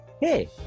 hey